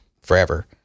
forever